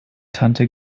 tante